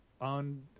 on